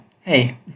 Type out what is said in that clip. Hey